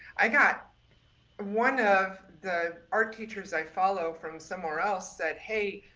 i got one of the art teachers i follow from somewhere else said. hey,